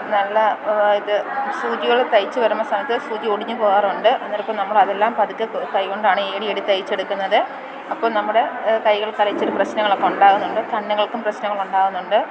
നല്ല അതായത് സൂചികൾ തയ്ച്ചു വരുമ്പം സമയത്ത് സൂചി ഒടിഞ്ഞ് പോകാറുണ്ട് അന്നേരം ഇപ്പം നമ്മൾ അതെല്ലാം പതുക്കെ കൈകൊണ്ടാണ് ഏണിയെടുത്ത് തയ്ച്ച് എടുക്കുന്നത് അപ്പോൾ നമ്മുടെ കൈകൾക്ക് അവിടെ ഇച്ചിരി പ്രശ്നങ്ങളൊക്കെ ഉണ്ടാകുന്നുണ്ട് കണ്ണുകൾക്കും പ്രശ്നങ്ങൾ ഉണ്ടാവുന്നുണ്ട്